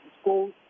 school